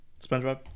SpongeBob